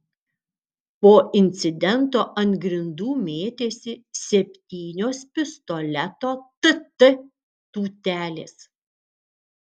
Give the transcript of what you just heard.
po incidento ant grindų mėtėsi septynios pistoleto tt tūtelės